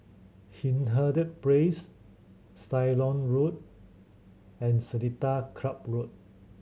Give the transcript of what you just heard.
Hindhede Place Ceylon Road and Seletar Club Road